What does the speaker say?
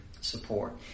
support